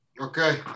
Okay